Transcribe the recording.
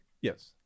Yes